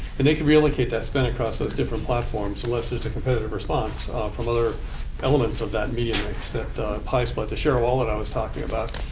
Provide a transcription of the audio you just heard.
and they can reallocate that spend across those different platforms, unless there's a competitive response from other elements of that media mix, that pie split, the share of the wallet i was talking about.